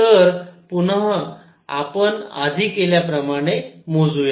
तर पुनः आपण आधी केल्या प्रमाणे मोजुयात